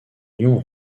lion